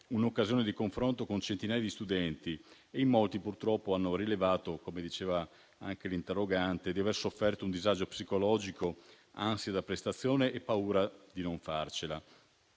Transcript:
un'occasione di confronto con centinaia di studenti e in molti, purtroppo, hanno rilevato - come diceva anche l'interrogante - di aver sofferto un disagio psicologico, ansia da prestazione e paura di non farcela.